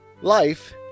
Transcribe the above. Life